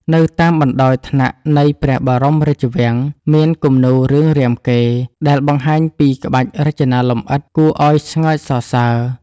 នៅតាមបណ្ដោយថ្នាក់នៃព្រះបរមរាជវាំង មានគំនូររឿងរាមកេរ្តិ៍ដែលបង្ហាញពីក្បាច់រចនាលម្អិតគួរឱ្យស្ងើចសរសើរ។